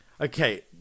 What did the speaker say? Okay